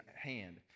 hand